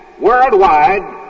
worldwide